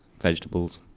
vegetables